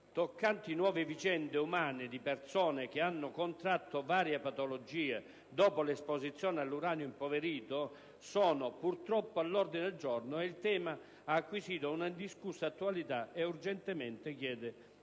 Toccanti nuove vicende umane di persone che hanno contratto varie patologie dopo l'esposizione all'uranio impoverito sono purtroppo all'ordine del giorno ed il tema ha acquisito un'indiscussa attualità e urgentemente chiede